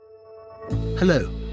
Hello